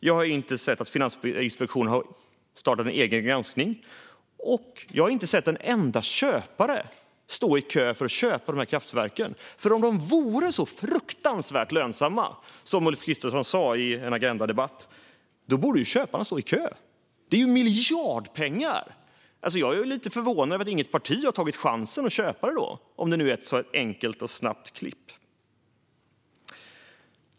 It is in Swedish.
Jag har inte sett att Finansinspektionen har startat någon egen granskning. Jag har heller inte sett en enda köpare stå i kö för att köpa de här kraftverken. För det andra: Om de vore så fruktansvärt lönsamma som Ulf Kristersson sa i en debatt i Agenda borde ju köparna stå i kö. Det är miljardpengar! Om det nu är ett så enkelt och snabbt klipp är jag lite förvånad över att inget parti har tagit chansen att köpa.